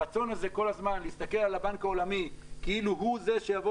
הרצון הזה כל הזמן להסתכל על הבנק העולמי כאילו הוא זה שיבוא